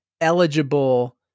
eligible